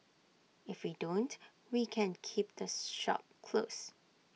if we don't we can keep this shop closed